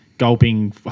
gulping